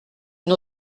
une